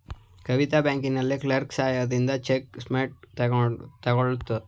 ಕವಿತಾ ಬ್ಯಾಂಕಿನಲ್ಲಿ ಕ್ಲರ್ಕ್ ಸಹಾಯದಿಂದ check statement ತಕ್ಕೊದ್ಳು